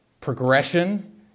progression